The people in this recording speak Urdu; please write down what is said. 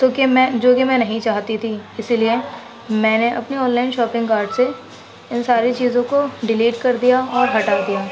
کیونکہ میں جو کہ میں نہیں چاہتی تھی اسی لیے میں نے اپنی آن لائن شاپنگ کارٹ سے ان ساری چیزوں کو ڈیلیٹ کر دیا اور ہٹا دیا